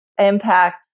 impact